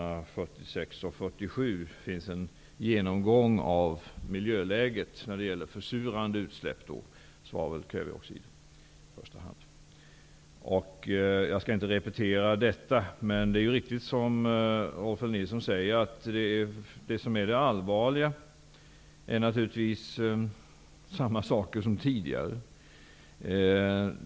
På s. 46 och 47 finns en genomgång av miljöläget när det gäller försurande utsläpp, i första hand av svavel och kväveoxider. Jag skall inte repetera detta. Det är riktigt som Rolf L Nilson säger, att det som är allvarligt är detsamma som tidigare.